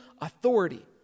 authority